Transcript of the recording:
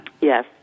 Yes